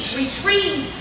retrieve